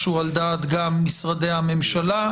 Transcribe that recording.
ושהוא גם על דעת משרדי הממשלה.